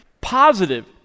positive